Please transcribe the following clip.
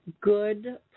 good